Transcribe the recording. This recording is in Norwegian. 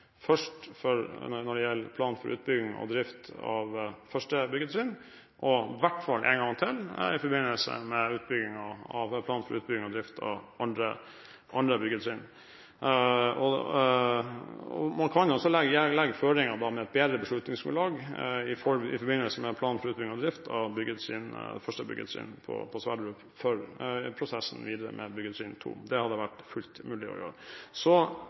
først når det gjelder plan for utbygging og drift for første byggetrinn, og i hvert fall én gang til i forbindelse med plan for utbygging og drift for andre byggetrinn, og man kan jo også legge føringer da for et bedre beslutningsgrunnlag i forbindelse med plan for utbygging og drift for første byggetrinn av Sverdrup for prosessen videre – med byggetrinn to. Det hadde vært fullt mulig å gjøre. Så